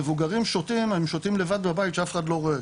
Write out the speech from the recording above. כשמבוגרים שותים הם שותים לבד בבית כשאף אחד לא רואה,